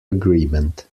agreement